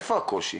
איפה הקושי